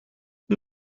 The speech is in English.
who